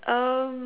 um